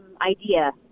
idea